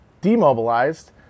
demobilized